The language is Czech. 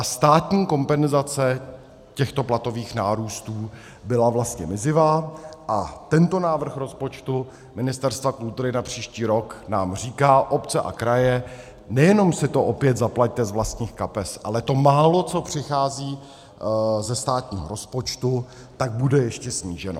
Státní kompenzace těchto platových nárůstů byla vlastně mizivá a tento návrh rozpočtu Ministerstva kultury na příští rok nám říká: obce a kraje, nejenom si to opět zaplaťte z vlastních kapes, ale to málo, co přichází ze státního rozpočtu, bude ještě sníženo.